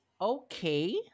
okay